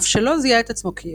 אף שלא זיהה עצמו כיהודי,